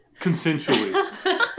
Consensually